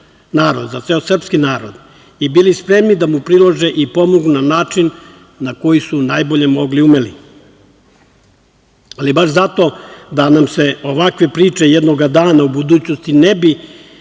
za ceo srpski narod, i bili spremni da mu prilože i pomognu na način na koji su najbolje mogli i umeli. Baš zato, da nam se ovakve priče jednoga dana u budućnosti ne bi